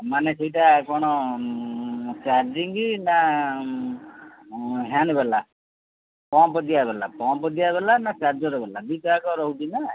ମାନେ ସେଇଟା କଣ ଚାର୍ଜିଙ୍ଗ ନା ହ୍ୟାଣ୍ଡ ବାଲା ପମ୍ପ୍ ଦିଆବାଲା ପମ୍ପ୍ ଦିଆବାଲା ନା ଚାର୍ଜର ବାଲା ଦୁଇଟା ଯାକ ରହୁଛି ନା